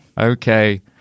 Okay